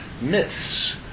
myths